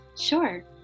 Sure